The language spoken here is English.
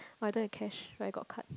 oh I don't have cash but I got card